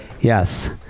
Yes